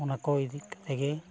ᱚᱱᱟ ᱠᱚ ᱤᱫᱤ ᱠᱟᱛᱮᱜᱮ